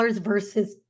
versus